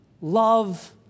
Love